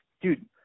Dude